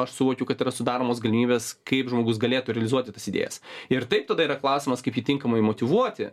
aš suvokiu kad yra sudaromos galimybės kaip žmogus galėtų realizuoti tas idėjas ir taip tada yra klausimas kaip jį tinkamai motyvuoti